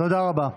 תודה רבה.